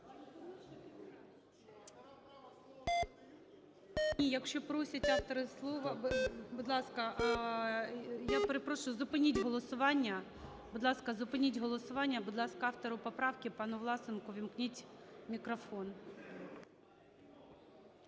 якщо просять автори слова, будь ласка, я перепрошую, зупиніть голосування. Будь ласка, зупиніть голосування. Будь ласка, автору поправки – пану Власенку увімкніть мікрофон.